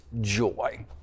joy